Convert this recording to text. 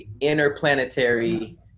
interplanetary